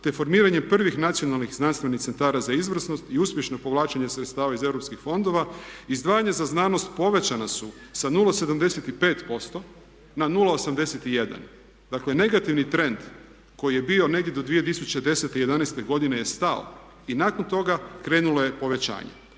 te formiranje prvih nacionalnih i znanstvenih centara za izvrsnost i uspješno povlačenje sredstava iz europskih fondova. Izdvajanja za znanost povećana su sa 0,75% na 0,81%. Dakle, negativni trend koji je bio negdje do 2010., 2011. godine je stao i nakon toga krenulo je povećanje.